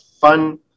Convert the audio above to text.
fun